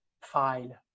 file